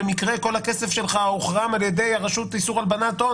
במקרה כל הכסף שלך הוחרם על ידי הרשות לאיסור הלבנת הון